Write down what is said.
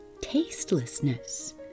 tastelessness